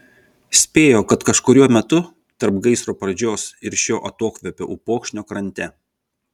spėjo kad kažkuriuo metu tarp gaisro pradžios ir šio atokvėpio upokšnio krante